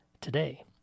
today